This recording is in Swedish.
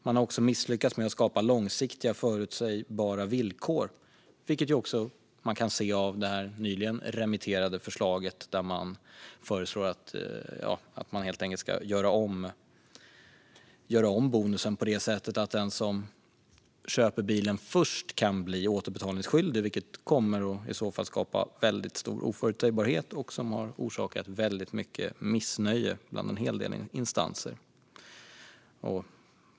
Man har också misslyckats med att skapa långsiktiga och förutsägbara villkor, vilket också kan ses i det nyligen remitterade förslaget om att bonusen skulle göras om så att den förste att köpa bilen kan bli återbetalningsskyldig. Det skulle komma att skapa väldigt stor oförutsägbarhet, och förslaget har orsakat mycket missnöje bland en hel del instanser.